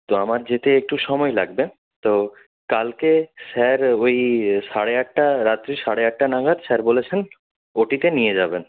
তো আমার যেতে একটু সময় লাগবে তো কালকে স্যার ওই সাড়ে আটটা রাত্রি সাড়ে আটটা নাগাদ স্যার বলেছেন ও টিতে নিয়ে যাবেন